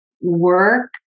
work